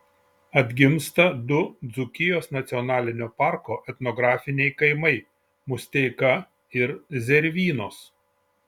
atgimsta du dzūkijos nacionalinio parko etnografiniai kaimai musteika ir zervynos